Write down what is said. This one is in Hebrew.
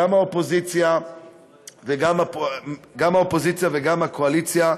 גם באופוזיציה וגם בקואליציה,